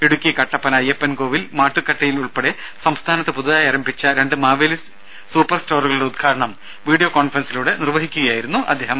ഇടുക്കി കട്ടപ്പന അയ്യപ്പൻകോവിൽ മാട്ടുക്കട്ടയിൽ ഉൾപ്പെടെ സംസ്ഥാനത്ത് പുതുതായി ആരംഭിച്ച രണ്ട് മാവേലി സൂപ്പർ സ്റ്റോറുകളുടെ ഉദ്ഘാടനം വീഡിയോ കോൺഫറൻസിലൂടെ നിർവ്വഹിച്ച് സംസാരിക്കുകയായിരുന്നു അദ്ദേഹം